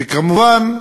וכמובן,